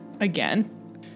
again